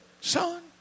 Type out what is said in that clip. son